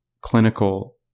clinical